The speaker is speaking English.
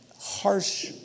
harsh